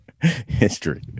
History